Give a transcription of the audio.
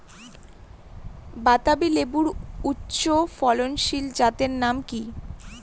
বাতাবি লেবুর উচ্চ ফলনশীল জাতের নাম কি?